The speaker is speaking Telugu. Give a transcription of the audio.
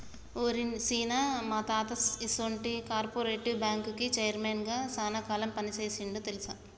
ఓరి సీన, మా తాత ఈసొంటి కార్పెరేటివ్ బ్యాంకుకి చైర్మన్ గా సాన కాలం పని సేసిండంట తెలుసా